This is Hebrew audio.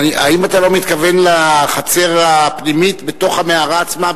האם אתה לא מתכוון לחצר הפנימית בתוך המערה עצמה,